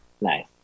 Nice